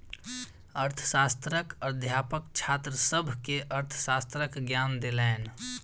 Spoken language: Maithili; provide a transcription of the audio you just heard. अर्थशास्त्रक अध्यापक छात्र सभ के अर्थशास्त्रक ज्ञान देलैन